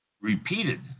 repeated